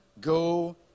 Go